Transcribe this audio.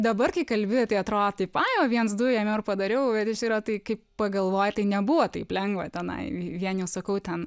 dabar kai kalbi tai atrodo taip ai va viens du ėmiau ir padariau ir jis yra tai kai pagalvoji tai nebuvo taip lengva tenai vienijo sakau ten